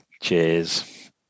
Cheers